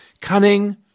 cunning